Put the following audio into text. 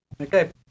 Okay